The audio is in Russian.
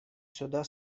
сюда